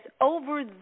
over